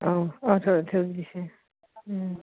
অঁ অঁ দিছে